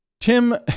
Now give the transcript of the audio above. Tim